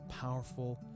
powerful